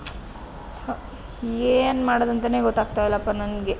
ಥ ಏನು ಮಾಡೋದಂತಲೇ ಗೊತ್ತಾಗ್ತಾಯಿಲ್ಲಪ್ಪ ನನಗೆ